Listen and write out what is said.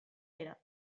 era